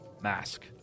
Mask